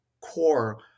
core